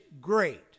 great